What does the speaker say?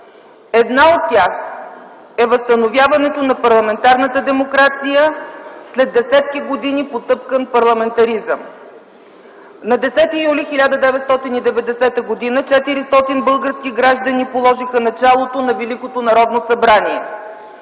Една от тях е възстановяването на парламентарната демокрация след десетки години потъпкан парламентаризъм. На 10 юли 1990 г. 400 български граждани положиха началото на Великото Народно събрание.